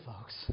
folks